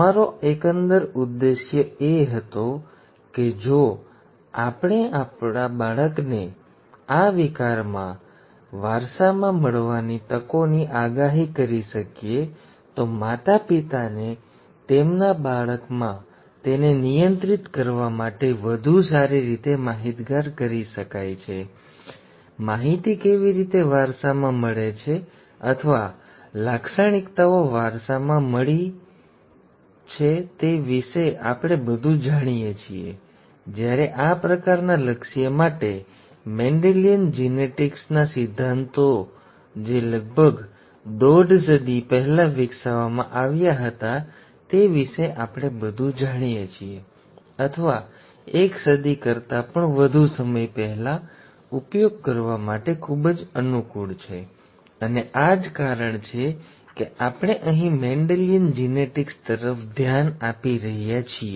અમારો એકંદર ઉદ્દેશ એ હતો કે જો આપણે બાળકને આ વિકારના વારસામાં મળવાની તકોની આગાહી કરી શકીએ તો માતાપિતાને તેમના બાળકમાં તેને નિયંત્રિત કરવા માટે વધુ સારી રીતે માહિતગાર કરી શકાય છે માહિતી કેવી રીતે વારસામાં મળી છે અથવા લાક્ષણિકતાઓ વારસામાં મળી છે તે વિશે આપણે ઘણું બધું જાણીએ છીએ જ્યારે આ પ્રકારના લક્ષ્ય માટે મેન્ડેલિયન જિનેટિક્સ ના સિદ્ધાંતો જે લગભગ દોઢ સદી પહેલા વિકસાવવામાં આવ્યા હતા તે વિશે આપણે ઘણું બધું જાણીએ છીએ અથવા એક સદી કરતા પણ વધુ સમય પહેલા ઉપયોગ કરવા માટે ખૂબ જ અનુકૂળ છે અને આ જ કારણ છે કે આપણે અહીં મેન્ડેલિયન જિનેટિક્સ તરફ ધ્યાન આપી રહ્યા છીએ